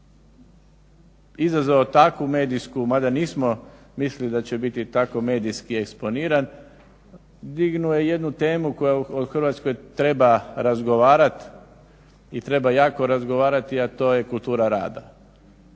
izazvao takvu medijsku, mada nismo mislili da će biti tako medijski eksponiran. Dignuo je jednu temu o kojoj u Hrvatskoj treba razgovarati i treba jako razgovarati, a to je kultura rada.